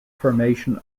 formation